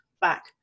back